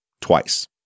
twice